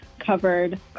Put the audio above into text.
covered